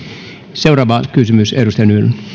seuraava kysymys edustaja nylund